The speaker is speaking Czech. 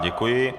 Děkuji.